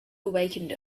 awakened